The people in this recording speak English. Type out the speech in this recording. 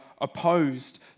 opposed